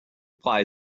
apply